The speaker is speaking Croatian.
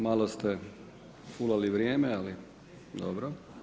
Malo ste fulali vrijeme, ali dobro.